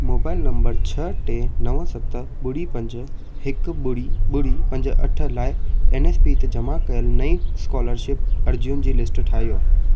mobile number छह टे नव सत ॿुड़ी पंज हिकु ॿुड़ी ॿुड़ी पंज अठ लाइ एन एस पी ते जमा कयल नईं स्कोलरशिप अर्ज़ियुनि जी लिस्ट ठाहियो